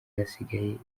hasigaye